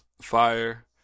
Fire